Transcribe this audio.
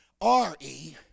R-E